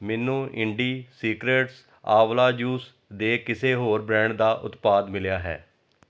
ਮੈਨੂੰ indie secrets ਆਵਲਾ juice ਦੇ ਕਿਸੇ ਹੋਰ ਬ੍ਰਾਂਡ ਦਾ ਉਤਪਾਦ ਮਿਲਿਆ ਹੈ